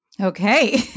Okay